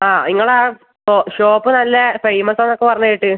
ആ നിങ്ങളെ ഷോപ്പ് നല്ല ഫേമസ് ആണെന്നൊക്കെ പറഞ്ഞ് കേട്ടത്